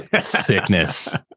Sickness